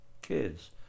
Kids